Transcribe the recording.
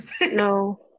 No